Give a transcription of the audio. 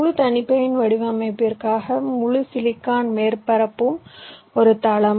முழு தனிப்பயன் வடிவமைப்பிற்காக முழு சிலிக்கான் மேற்பரப்பும் ஒரு தளம்